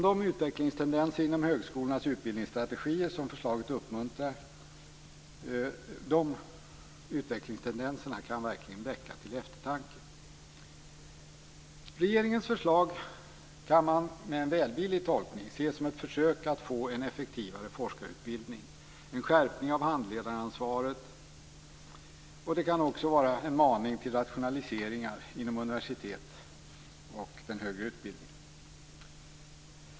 De utvecklingstendenser inom högskolornas utbildningsstrategier som förslaget uppmuntrar kan verkligen väcka till eftertanke. Regeringens förslag kan man med en välvillig tolkning ses som ett försök att få en effektivare forskarutbildning och en skärpning av handledaransvaret, och det kan också vara en maning till rationaliseringar inom universitet och den högre utbildningen.